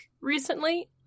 recently